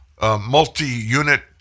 Multi-unit